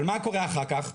אבל מה קורה אחר כך,